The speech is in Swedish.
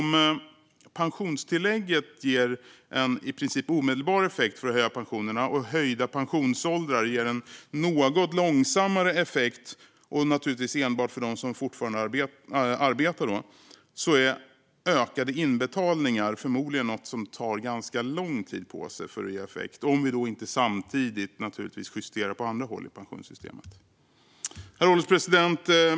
Om pensionstillägget ger en i princip omedelbar effekt när det gäller att höja pensionerna och höjda pensionsåldrar ger en något långsammare effekt, och naturligtvis enbart för dem som fortfarande arbetar, är ökade inbetalningar förmodligen något som tar ganska lång tid på sig för att ge effekt om vi inte samtidigt justerar på andra håll i pensionssystemet. Herr ålderspresident!